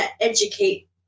educate